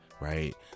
right